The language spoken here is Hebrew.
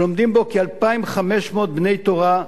שלומדים בו כ-2,500 בני תורה,